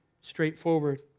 straightforward